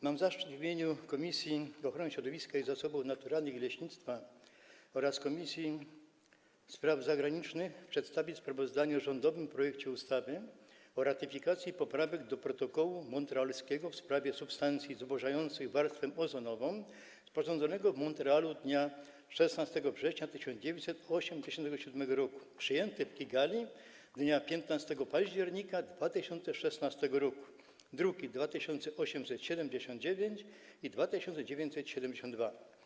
Mam zaszczyt w imieniu Komisji Ochrony Środowiska, Zasobów Naturalnych i Leśnictwa oraz Komisji Spraw Zagranicznych przedstawić sprawozdanie o rządowym projekcie ustawy o ratyfikacji Poprawek do Protokołu montrealskiego w sprawie substancji zubożających warstwę ozonową, sporządzonego w Montrealu dnia 16 września 1987 r., przyjętych w Kigali dnia 15 października 2016 r., druki nr 2879 i 2972.